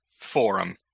forum